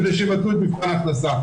כדי שיבטלו את מבחן ההכנסה.